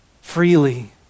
freely